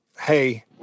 Hey